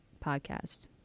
podcast